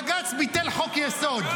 בג"ץ ביטל חוק-יסוד.